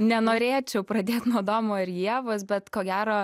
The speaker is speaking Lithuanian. nenorėčiau pradėt nuo adomo ir ievos bet ko gero